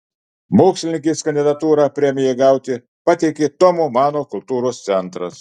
mokslininkės kandidatūrą premijai gauti pateikė tomo mano kultūros centras